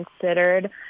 considered